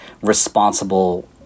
responsible